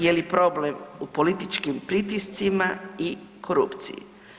Je li problem u političkim pritiscima i korupciji?